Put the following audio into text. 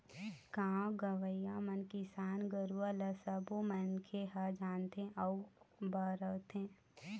गाँव गंवई म किसान गुरूवा ल सबो मनखे ह जानथे अउ बउरथे